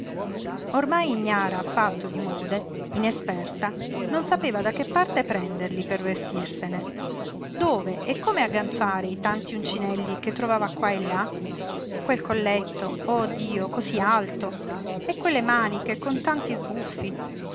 ormai ignara affatto di mode inesperta non sapeva da che parte prenderli per vestirsene dove e come agganciare i tanti uncinelli che trovava qua e là quel colletto oh dio cosí alto e quelle maniche con tanti sbuffi